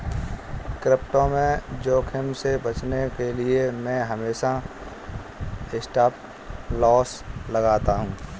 crypto में जोखिम से बचने के लिए मैं हमेशा स्टॉपलॉस लगाता हूं